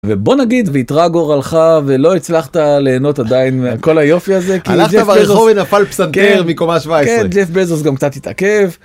ובוא נגיד ואתרע גורלך ולא הצלחת ליהנות עדיין מכל היופי הזה.